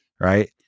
right